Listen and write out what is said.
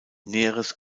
näheres